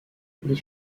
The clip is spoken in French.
les